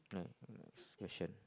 right next question